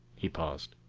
he paused.